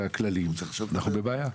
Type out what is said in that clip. הכללים, אנחנו בעיה.